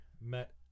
met